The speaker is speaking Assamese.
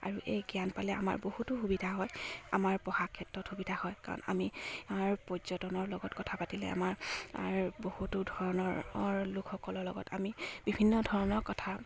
আৰু এই জ্ঞান পালে আমাৰ বহুতো সুবিধা হয় আমাৰ পঢ়া ক্ষেত্ৰত সুবিধা হয় কাৰণ আমি পৰ্যটনৰ লগত কথা পাতিলে আমাৰ বহুতো ধৰণৰ লোকসকলৰ লগত আমি বিভিন্ন ধৰণৰ কথা